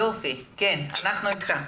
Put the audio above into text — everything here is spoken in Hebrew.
יופי, כן, אנחנו איתך.